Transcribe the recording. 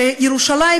שירושלים,